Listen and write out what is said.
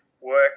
work